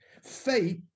faith